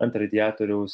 ant radiatoriaus